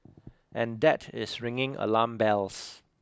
and that is ringing alarm bells